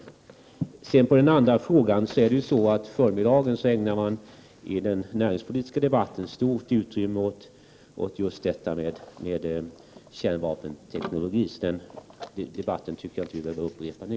Som svar på Krister Skånbergs andra fråga kan jag hänvisa till att kammaren i dag på förmiddagen i den näringspolitiska debatten ägnade stort utrymme åt frågan om kärnkraftsteknologin. Den debatten tycker jag därför inte att vi behöver upprepa nu.